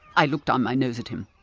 i looked down my nose at him.